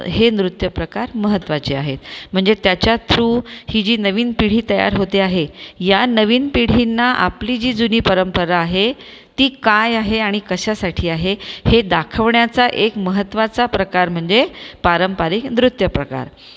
हे नृत्यप्रकार महत्त्वाचे आहेत म्हणजे त्याच्या थ्रू ही जी नवीन पिढी तयार होते आहे या नवीन पिढींना आपली जी जुनी परंपरा आहे ती काय आहे आणि कशासाठी आहे हे दाखवण्याचा एक महत्वाचा प्रकार म्हणजे पारंपरिक नृत्यप्रकार